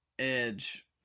Edge